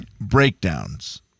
breakdowns